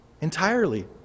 Entirely